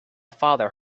father